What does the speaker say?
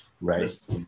Right